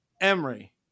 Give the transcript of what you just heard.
Emery